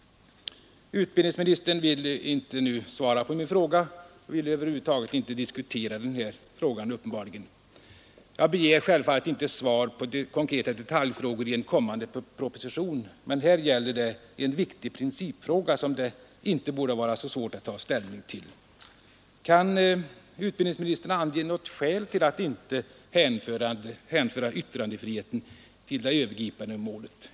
Utbildningsministern vill uppenbarligen inte svara på min fråga, över huvud taget inte diskutera saken. Jag begär självfallet inte ett svar på konkreta detaljfrågor i en kommande proposition. Men här gäller det en viktig principfråga som det inte borde vara så svårt att ta ställning till. Kan utbildningsministern ange något skäl för att inte hänföra yttrandefriheten till det övergripande målet?